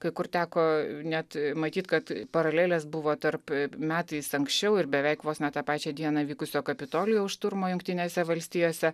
kai kur teko net matyt kad paralelės buvo tarp metais anksčiau ir beveik vos ne tą pačią dieną vykusio kapitolijaus šturmo jungtinėse valstijose